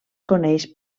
coneix